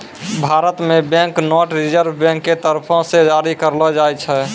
भारत मे bank note reserve bank के तरफो से जारी करलो जाय छै